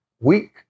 weak